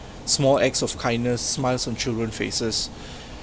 small acts of kindness smiles on children's faces